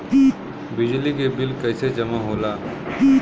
बिजली के बिल कैसे जमा होला?